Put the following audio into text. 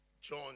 John